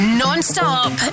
non-stop